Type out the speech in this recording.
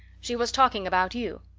she was talking about you.